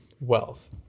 wealth